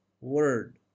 Word